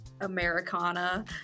Americana